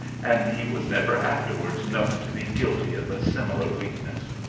and he was never afterwards known to be guilty of a similar weakness.